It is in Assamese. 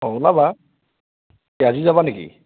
অঁ ওলাবা কি আজি যাবা নেকি